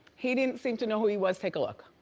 he didn't seem to know who he was, take a look.